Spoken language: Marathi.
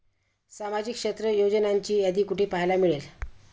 सामाजिक क्षेत्र योजनांची यादी कुठे पाहायला मिळेल?